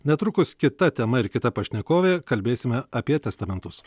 netrukus kita tema ir kita pašnekovė kalbėsime apie testamentus